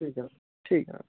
ma'am ठीक ऐ